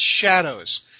shadows